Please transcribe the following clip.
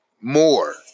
more